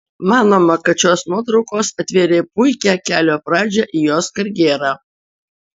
manoma kad šios nuotraukos atvėrė puikią kelio pradžią į jos karjerą